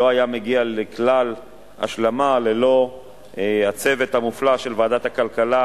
החוק לא היה מגיע לכלל השלמה ללא הצוות המופלא של ועדת הכלכלה,